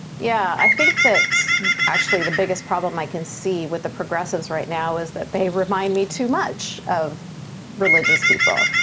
yeah, i think that's actually the biggest problem i can see with the progressives right now, is that they remind me too much of religious people.